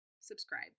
subscribe